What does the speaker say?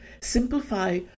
Simplify